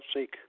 seek